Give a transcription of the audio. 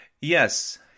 yes